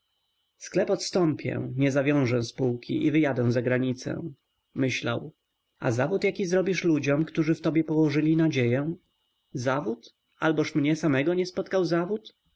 sklep odstąpię nie zawiążę spółki i wyjadę za granicę myślał a zawód jaki zrobisz ludziom którzy w tobie położyli nadzieję zawód alboż mnie samego nie spotkał zawód